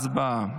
הצבעה.